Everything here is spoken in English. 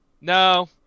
No